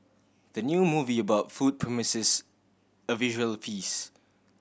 the new movie about food promises a visual feast